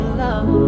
love